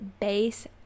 base